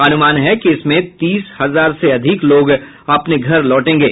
अनुमान है कि इसमें तीस हजार से अधिक लोग अपने घर लौटेंगे